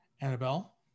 Annabelle